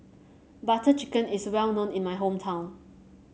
Butter Chicken is well known in my hometown